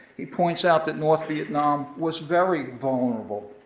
he points out that north vietnam was very vulnerable